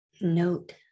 Note